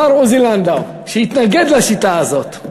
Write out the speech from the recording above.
השר עוזי לנדאו התנגד לשיטה הזאת,